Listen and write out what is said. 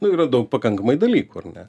nu yra daug pakankamai dalykų ar ne